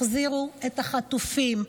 תחזירו את החטופים.